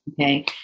Okay